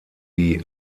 die